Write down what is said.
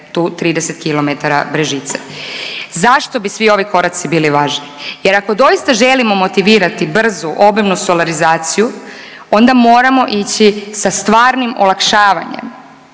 tu 30 km Brežice. Zašto bi svi ovi koraci bili važni? Jer ako doista želimo motivirati brzu obimnu solarizaciju onda moramo ići sa stvarnim olakšavanjem